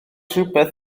rhywbeth